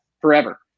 forever